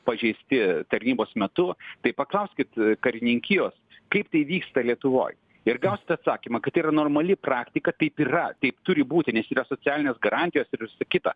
pažeisti tarnybos metu tai paklauskit karininkijos kaip tai vyksta lietuvoj ir gausit atsakymą kad tai yra normali praktika taip yra taip turi būti nes yra socialinės garantijos ir visa kita